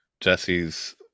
Jesse's